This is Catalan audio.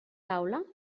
taula